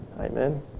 Amen